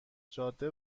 جاده